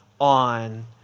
on